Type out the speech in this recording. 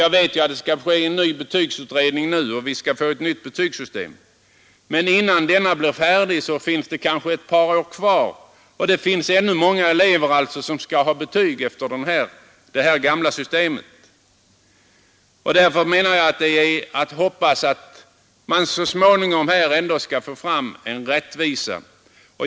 Jag vet att det nu skall bli en ny betygsutredning och att vi skall få ett nytt betygssystem. Jag hade därför inte tänkt ta upp dessa frågor, men det dröjer kanske ännu ett par år innan vi får detta nya betygssystem, och många elever kommer fortfarande att få betyg enligt det gamla systemet. Därför hoppas jag att vi ändå så småningom skall få fram en rättvisa.